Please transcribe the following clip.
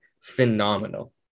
phenomenal